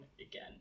again